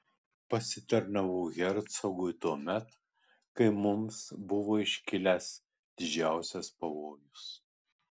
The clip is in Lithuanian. pasitarnavau hercogui tuomet kai mums buvo iškilęs didžiausias pavojus